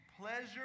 pleasure